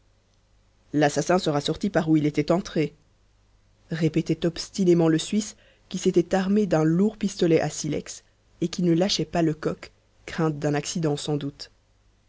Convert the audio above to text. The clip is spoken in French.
l'assassin sera sorti par où il était entré répétait obstinément le suisse qui s'était armé d'un lourd pistolet à silex et qui ne lâchait pas lecoq crainte d'un accident sans doute